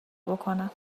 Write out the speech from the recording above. بکنم